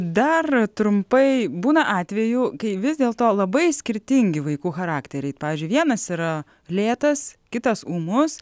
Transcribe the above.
dar trumpai būna atvejų kai vis dėlto labai skirtingi vaikų charakteriai pavyzdžiui vienas yra lėtas kitas ūmus